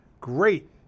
Great